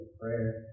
prayer